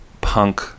punk